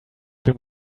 been